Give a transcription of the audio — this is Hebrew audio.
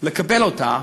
לקבל אותה,